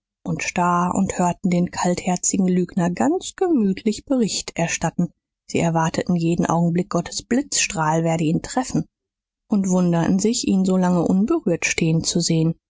und starr und hörten den kaltherzigen lügner ganz gemütlich bericht erstatten sie erwarteten jeden augenblick gottes blitzstrahl werde ihn treffen und wunderten sich ihn solange unberührt stehen zu sehen